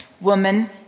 Woman